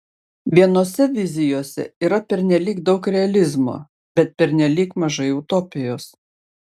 vienose vizijose yra pernelyg daug realizmo bet pernelyg mažai utopijos